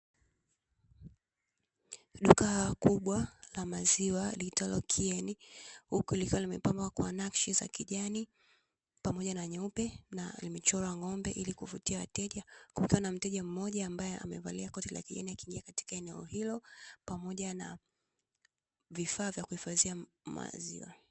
Duka kubwa la maziwa liitwalo "KIENI" huku likiwa limepambwa kwa nakshi za kijani pamoja na nyeupe na limechorwa ng’ombe ili kuvutia wateja, kukiwa na mteja mmoja ambaye amevalia koti la kijani akiingia katika eneo hilo pamoja na vifaa vya kuhifadhia maziwa.